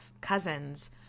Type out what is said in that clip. cousins